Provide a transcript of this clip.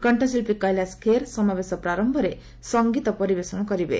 କଣ୍ଠଶିଳ୍ପୀ କେଳାଶ ଖେର ସମାବେଶ ପ୍ରାର୍ୟରେ ସଙ୍ଗୀତ ପରିଷେଣ କରିବେ